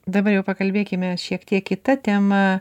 dabar jau pakalbėkime šiek tiek kita tema